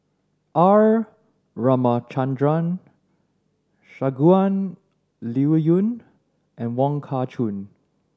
R Ramachandran Shangguan Liuyun and Wong Kah Chun